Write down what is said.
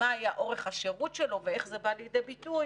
מה היה אורך השירות שלו ואיך זה בא לידי ביטוי,